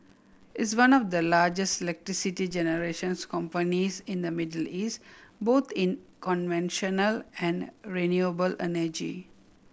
it's one of the largest electricity generations companies in the Middle East both in conventional and renewable energy